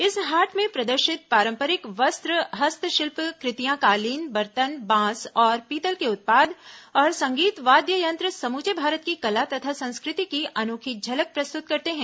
इस हाट में प्रदर्शित पारम्परिक वस्त्र हस्तशिल्प कृतियां कालीन बर्तन बांस और पीतल के उत्पाद और संगीत वाद्य यंत्र समूचे भारत की कला तथा संस्कृति की अनोखी झलक प्रस्तृत करते हैं